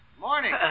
Morning